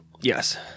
Yes